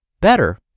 better